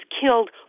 killed